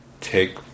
Take